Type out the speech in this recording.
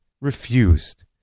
refused